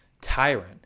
tyrant